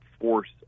force